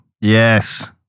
Yes